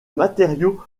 matériau